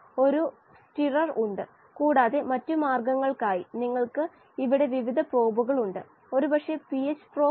ദ്രാവകഭാഗത്ത് kx ഇവിടെ മോൾഫ്രാക്ഷനുകളുടെ വ്യത്യാസം